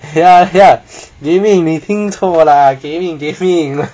ya ya 你听错 lah gaming gaming